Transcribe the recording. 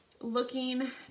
looking